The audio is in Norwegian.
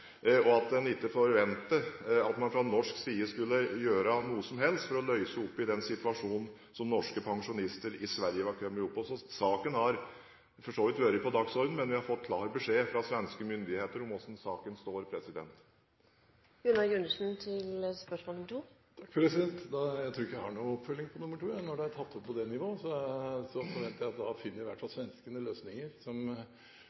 og at man ikke forventet at man fra norsk side skulle gjøre noe som helst for å løse opp i den situasjonen som norske pensjonister i Sverige var kommet opp i. Saken har altså for så vidt vært på dagsordenen, men vi har fått klar beskjed fra svenske myndigheter om hvordan den står. Jeg tror ikke jeg har noen oppfølging. Når det er tatt opp på det nivået, forventer jeg at da finner i hvert fall svenskene løsninger som